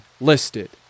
listed